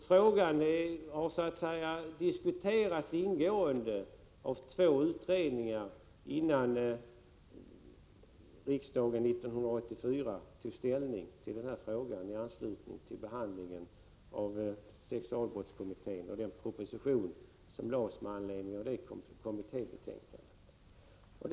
Frågan har således redan diskuterats ingående av två utredningar innan riksdagen 1984 tog ställning till den i anslutning till behandlingen av sexualbrottskommittén och den proposition som framlades med anledning av dess betänkande.